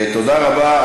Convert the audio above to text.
תודה רבה.